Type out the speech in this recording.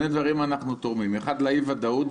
בכך אנחנו תורמים שני דברים: 1. לאי הוודאות.